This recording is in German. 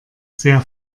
sehr